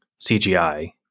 CGI